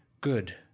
Good